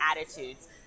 attitudes